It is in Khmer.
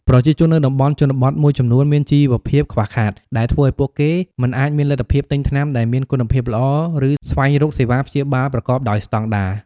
ប្រជាជននៅតំបន់ជនបទមួយចំនួនមានជីវភាពខ្វះខាត ដែលធ្វើឱ្យពួកគេមិនអាចមានលទ្ធភាពទិញថ្នាំដែលមានគុណភាពល្អ ឬស្វែងរកសេវាព្យាបាលប្រកបដោយស្តង់ដារ។